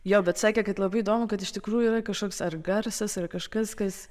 jo bet sakė kad labai įdomu kad iš tikrųjų yra kažkoks ar garsas ar kažkas kas